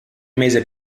mese